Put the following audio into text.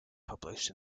published